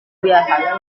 biasanya